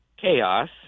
chaos